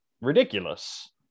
ridiculous